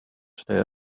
stay